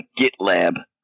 GitLab